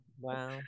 Wow